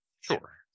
sure